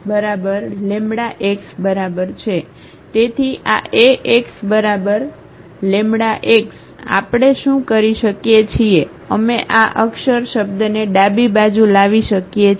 તેથી આ Ax λx આપણે શું કરી શકીએ છીએ અમે આ અક્ષર શબ્દને ડાબી બાજુ લાવી શકીએ છીએ